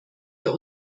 wir